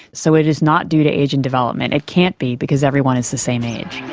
so it is not due to age and development, it can't be, because everyone is the same age.